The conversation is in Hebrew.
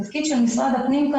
התקציב שלנו,